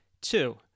Two